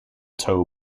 tow